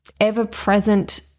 ever-present